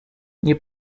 nie